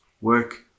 Work